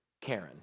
Karen